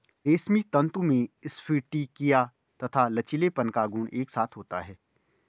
रेशमी तंतु में स्फटिकीय तथा लचीलेपन का गुण एक साथ होता है